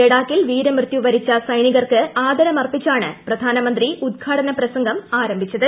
ലഡാക്കിൽ വീരമൃത്യു വരിച്ച സൈനികർക്ക് ആദരമർപ്പിച്ചാണ് പ്രധാനമന്ത്രി ഉദ്ഘാടന പ്രസംഗം ആരംഭിച്ചത്